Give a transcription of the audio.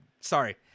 sorry